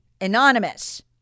anonymous